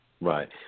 right